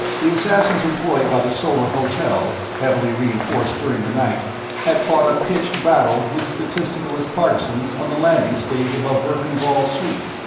the assassins employed by the solar hotel heavily re-enforced during the night had fought a pitched battle with statisticalist partisans on the landing-stage above verkan vall's suite,